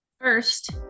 First